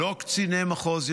לא קציני מחוז ירושלים,